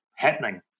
happening